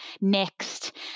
next